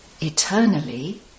Eternally